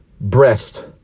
breast